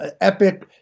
epic